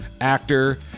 actor